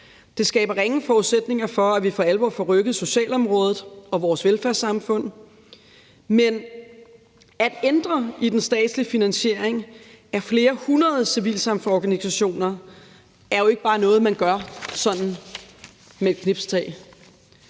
Det skaber ringe forudsætninger for, at vi for alvor får rykket socialområdet og vores velfærdssamfund. Kl. 13:43 Men at ændre i den statslige finansiering af flere hundrede civilsamfundsorganisationer er jo ikke bare noget, man gør sådan med et snuptag.